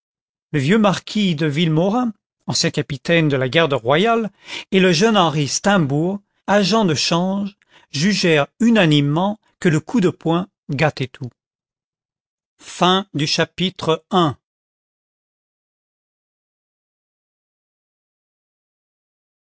le vieux marquis de villemaurin ancien capitaine de la garde royale et le jeune henri steimbourg agent de change jugèrent unanimement que le r id de poing gâtait tout